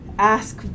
Ask